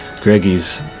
greggy's